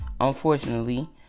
unfortunately